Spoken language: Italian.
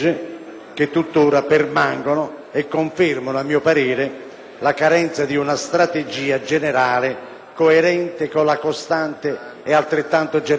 la carenza di una strategia generale coerente con la costante ed altrettanto generale istanza di sicurezza da parte dei cittadini utenti.